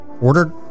ordered